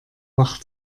wach